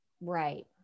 Right